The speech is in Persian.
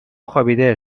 خوابیده